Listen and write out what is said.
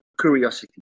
curiosity